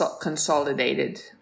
consolidated